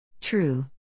True